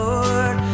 Lord